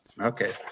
Okay